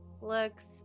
looks